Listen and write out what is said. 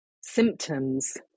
symptoms